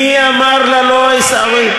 אתה בורח מהמציאות, מי אמר לה לא, עיסאווי?